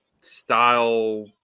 style